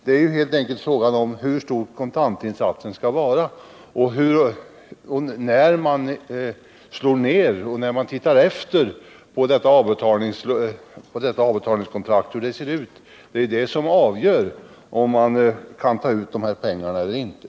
Det är helt enkelt fråga om hur stor kontantinsatsen skall vara och när man tittar efter på avbetalningskontraktet hur det ser ut — det är det som avgör om man kan ta ut de här pengarna eller inte.